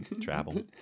travel